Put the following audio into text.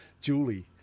Julie